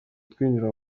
twinjira